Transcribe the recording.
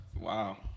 Wow